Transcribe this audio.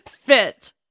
fit